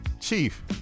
Chief